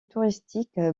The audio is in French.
touristique